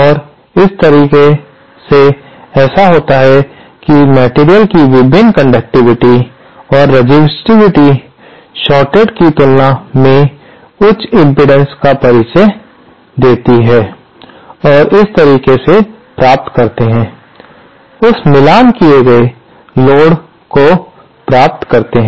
और इस तरह से ऐसा होता है कि मटेरियल की विभिन्न कंडक्टिविटी और रेसिस्टिविटी शॉर्टे की तुलना में उच्च इम्पीडेन्स का परिचय देती है और इस तरीके से प्राप्त करते हैं उस मिलान किए गए लोड को प्राप्त करते हैं